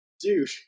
Dude